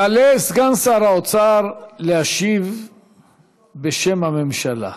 יעלה סגן שר האוצר להשיב בשם הממשלה.